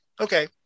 Okay